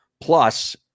plus